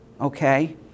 okay